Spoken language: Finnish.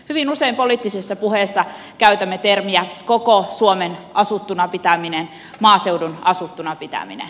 hyvin usein poliittisissa puheissa käytämme termejä koko suomen asuttuna pitäminen maaseudun asuttuna pitäminen